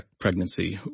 pregnancy